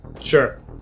Sure